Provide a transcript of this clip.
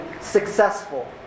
successful